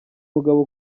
mugabo